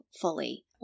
fully